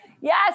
yes